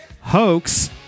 hoax